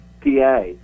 PA